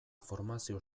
formazio